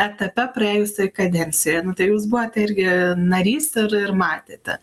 etape praėjusioj kadencijoje nu tai jūs buvote irgi narys ir ir matėte